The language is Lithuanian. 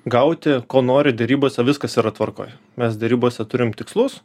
gauti ko nori derybose viskas yra tvarkoj mes derybose turim tikslus